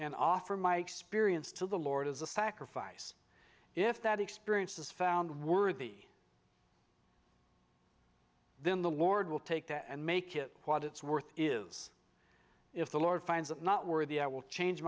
and offer my experience to the lord as a sacrifice if that experience is found worthy then the lord will take that and make it what its worth is if the lord finds it not worthy i will change